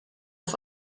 auf